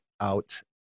out